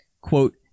Quote